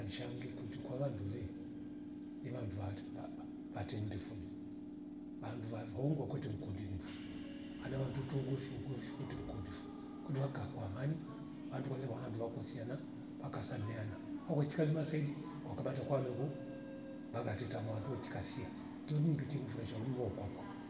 Ashangi kunju kwavandule ni vandu wale va- va- vatendi fujo vandu vavuu houngwa kwete mkundinifo wale wandu twe ugofi ugomfi kwete mkundifo kundi vakaa kwa amani vandu wale wandu kuvakosiana wakasameana awechikalima wakabata kwamegu vakateta mandu wechikasia kiolin mndweche mfuraisha ulimo kwakwa